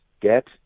get